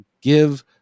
give